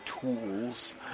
tools